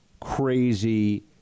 crazy